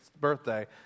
birthday